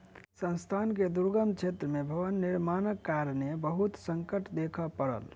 संस्थान के दुर्गम क्षेत्र में भवन निर्माणक कारणेँ बहुत संकट देखअ पड़ल